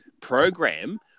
program